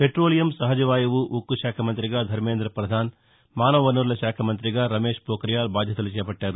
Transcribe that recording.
petroleum సహజ వాయువు ఉక్కు శాఖ మంతిగా ధర్మేంద్ర ప్రధాన్ మానవ వనరుల శాఖ మంత్రిగా రమేశ్ పోత్రియాల్ బాధ్యతలు చేపట్టారు